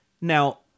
Now